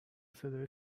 صدای